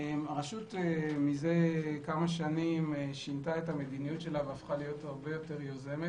הרשות מזה כמה שנים שינתה את המדיניות שלה והפכה להיות הרבה יותר יוזמת,